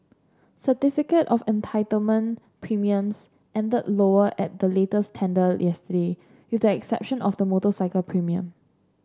certificate of entitlement premiums ended lower at the latest tender yesterday with the exception of the motorcycle premium